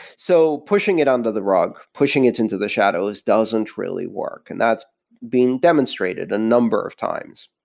so pushing it under the rug, pushing it into the shadows doesn't really work, and that's being demonstrated a number of times.